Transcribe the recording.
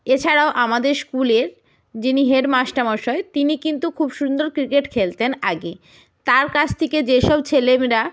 এছাড়াও আমাদের স্কুলের যিনি হেডমাস্টা মশাই তিনি কিন্তু খুব সুন্দর ক্রিকেট খেলতেন আগে তার কাছ থেকে যেসব ছেলেমরা